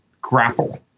grapple